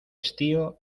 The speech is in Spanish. estío